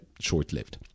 short-lived